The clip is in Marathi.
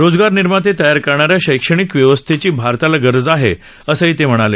रोजगार निर्माते तयार करणा या शैक्षणिक व्यवस्थेची भारताला गरज आहे असं ते म्हणाले